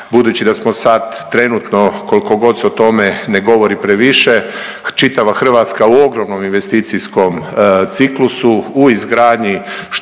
budući da smo sad trenutno koliko god se o tome ne govori previše čitava Hrvatska u ogromnom investicijskom ciklusu u izgradnji što